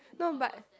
no but